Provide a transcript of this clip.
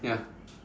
ya